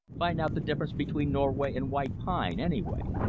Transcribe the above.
find out the difference between norway and white pine, anyway.